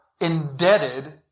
indebted